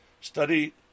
Study